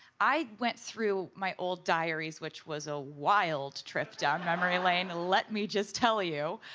i went through my old diaries which was a wild trip down memory lane, let me just tell you.